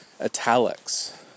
italics